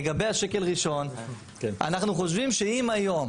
לגבי שקל ראשון, אנחנו חושבים שאם היום